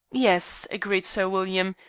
yes, agreed sir william,